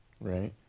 Right